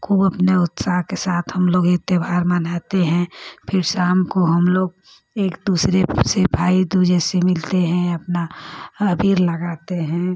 खूब अपने उत्साह के साथ हम लोग यह त्योहार मनाते हैं फिर शाम को हम लोग एक दूसरे को जैसे भाई दू जैसे मिलते हैं अपना अबीर लगाते हैं